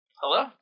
Hello